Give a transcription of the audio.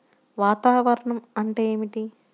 వాతావరణం అంటే ఏమిటి?